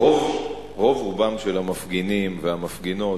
רוב רובם של המפגינים והמפגינות,